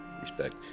Respect